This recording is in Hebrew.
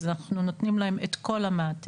אז אנחנו נותנים להם את כל המעטפת.